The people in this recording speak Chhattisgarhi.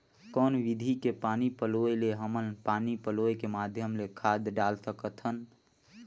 कौन विधि के पानी पलोय ले हमन पानी पलोय के माध्यम ले खाद डाल सकत हन?